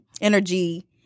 energy